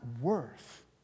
worth